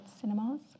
cinemas